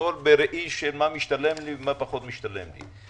הכול בראי של מה משתלם לי ומה פחות משתלם לי.